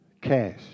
cash